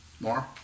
More